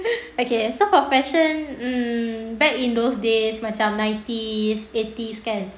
okay so for fashion um back in those days macam nineties eighties kan